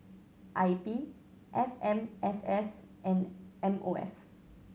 I P F M S S and M O F